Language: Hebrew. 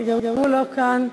שגם הוא לא כאן,